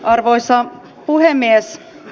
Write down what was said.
arvoisa puhemies